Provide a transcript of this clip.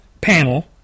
panel